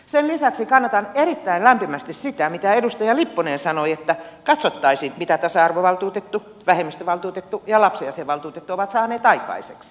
sen lisäksi kannatan erittäin lämpimästi sitä mitä edustaja lipponen sanoi että katsottaisiin mitä tasa arvovaltuutettu vähemmistövaltuutettu ja lapsiasiavaltuutettu ovat saaneet aikaiseksi